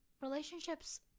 relationships